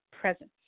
presence